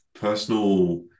personal